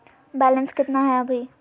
Balance केतना हय अभी?